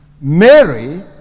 Mary